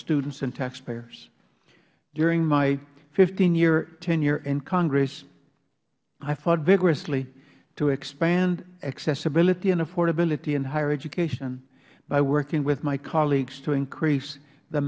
students and taxpayers during my fifteen year tenure in congress i fought vigorously to expand accessibility and affordability in higher education by working with my colleagues to increase the